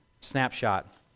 snapshot